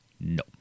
No